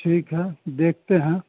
ठीक है देखते हैं